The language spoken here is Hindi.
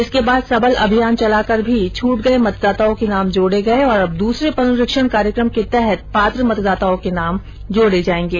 इसके बाद सबल अभियान चलाकर भी छूट गये मतदाताओं को नाम जोड़े गए और अब दूसरे पुनरीक्षण कार्यक्रम के तहत पात्र मतदाताओं के नाम जोड़े जाएंगे